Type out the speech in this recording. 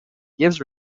gives